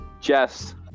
jess